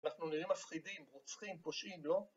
אנחנו נראים מפחידים, רוצחים, פושעים, לא?